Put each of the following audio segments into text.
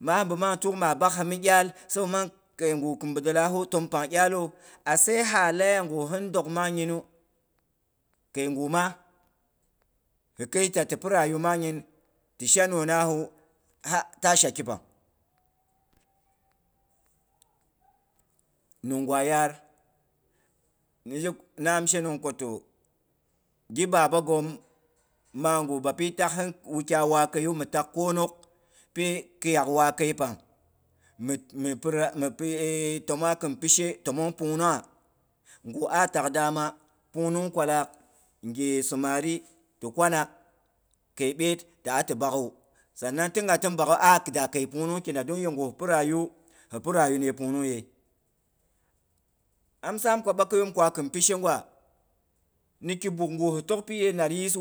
Maa bi mang tuk maa bak ha ni iyal. Sabo mang keigu kin bidelahu təmpang iyalawu. Atse halaiya gu hiri bi nang nyinu keigu ma hi keita ti pi ragu mang nyin ti sha nuna hu ha ta sha kipang. nungwa yaar ni zhe, ni 'am shenong ko toh, ghi baba ghom, maa gu bapi takhin wukyai wakeiyu, mifak kwonok pi khiyak wakei pang. Mipi ra mi pi təmongha kin pi she təmong pungnungha. Ngwu ah tak dama pungnung kwala nghe samari ti kwana kei byet ti a ti bak'ghawu sanan tin a ngha tin bag'hawu aa da kei pungnungki da. Dung yegu hipi rayuhi pi rayuwa niye pungnung yei. Am saam ko bakeiyom kwa kin pishe gwa niki buughu hi tok pi yei nar yʊ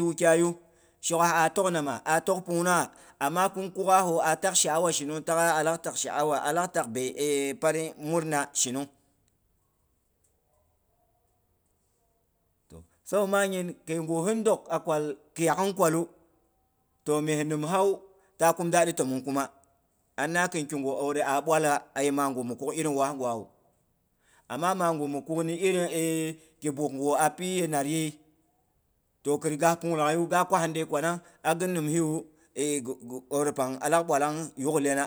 wukyaiyu, shok'gha a tok na ma, aa tok nama? A tong punungha amma kunghkuk'ghahu a tak sha'awa shinung ta'gha 'alak tak sha'awa shinung awan, a lak tak bei e pari murna shinung sabu manggin keigu hindok a kwal khiyaagh kwa lu, toh mye nimha wu ta kum dadi təmong kuma. Anna khiri ki gu ore a bwala, a ye magu mi kuk irim waa gwawu. Amma magu mi kukni irin ki buuk gu a pi ye nar yei toh khiri ga punglaghai yu, ga kwaha nde kwanang ga nimhi wu aure pang alak bwalang yuk lyena.